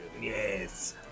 Yes